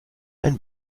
ein